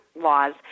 laws